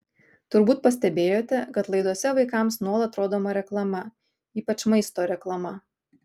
turbūt pastebėjote kad laidose vaikams nuolat rodoma reklama ypač maisto reklama